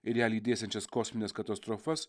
ir ją lydėsiančias kosmines katastrofas